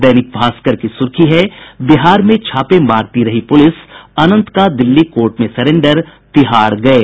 दैनिक भास्कर की सुर्खी है बिहार में छापे मारती रही पुलिस अनंत का दिल्ली कोर्ट में सरेंडर तिहाड़ गये